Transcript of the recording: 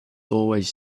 always